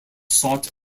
sought